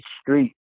street